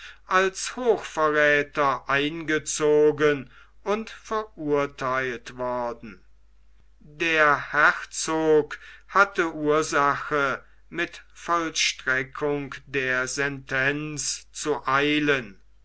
als hochverräther eingezogen und verurtheilt worden der herzog hatte ursache mit vollstreckung der sentenz zu eilen